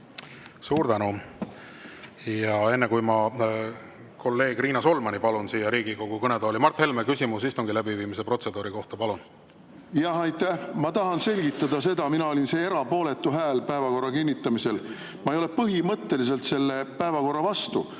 Suur tänu! Enne kui ma palun kolleeg Riina Solmani siia Riigikogu kõnetooli, on Mart Helmel küsimus istungi läbiviimise protseduuri kohta. Palun! Aitäh! Ma tahan selgitada, et mina olin see erapooletu hääl päevakorra kinnitamisel. Ma ei ole põhimõtteliselt selle päevakorra vastu,